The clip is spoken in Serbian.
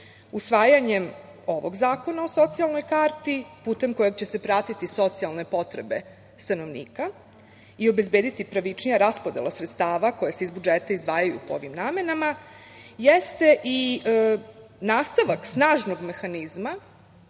podršku. Usvajanjem ovog zakona o socijalnoj karti putem kojeg će se pratiti socijalne potrebe stanovnika i obezbediti pravičnija raspodela sredstava koja se iz budžeta izdvajaju po ovim namenama jeste i nastavak snažnog mehanizma